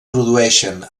produeixen